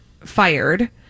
fired